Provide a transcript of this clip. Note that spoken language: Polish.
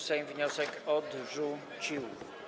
Sejm wniosek odrzucił.